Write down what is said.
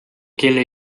kelle